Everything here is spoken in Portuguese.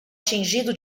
tingido